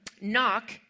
Knock